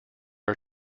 are